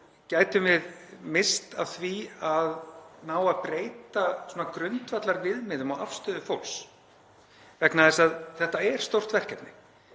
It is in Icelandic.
gætum við misst af því að ná að breyta grundvallarviðmiðum og afstöðu fólks vegna þess að þetta er stórt verkefni.